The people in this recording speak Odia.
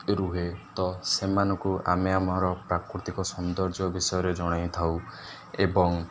ରୁହେ ତ ସେମାନଙ୍କୁ ଆମେ ଆମର ପ୍ରାକୃତିକ ସୌନ୍ଦର୍ଯ୍ୟ ବିଷୟରେ ଜଣାଇ ଥାଉ ଏବଂ